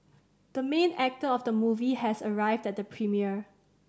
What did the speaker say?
the main actor of the movie has arrived at the premiere